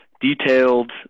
detailed